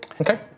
okay